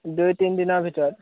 দুই তিনিদিনৰ ভিতৰত